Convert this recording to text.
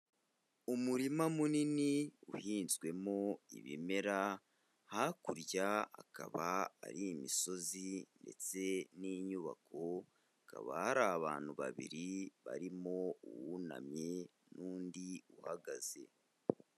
Umurima munini uhinzwemo ibimera, hakurya akaba ari imisozi ndetse n'inyubako, hakaba hari abantu babiri barimo uwunamye n'undi uhagaze.